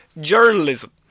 journalism